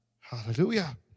hallelujah